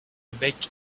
bec